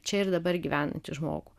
čia ir dabar gyvenantį žmogų